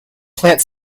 plant